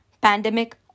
pandemic